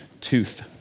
tooth